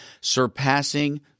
surpassing